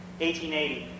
1880